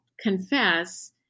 confess